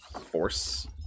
force